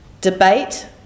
Debate